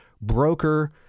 broker